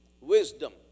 wisdom